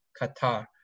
Qatar